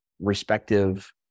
respective